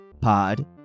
pod